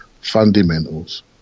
fundamentals